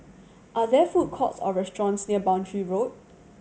are there food courts or restaurants near Boundary Road